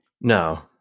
No